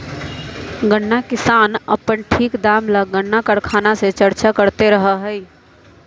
गन्ना किसान अपन ठीक दाम ला गन्ना कारखाना से चर्चा करते रहा हई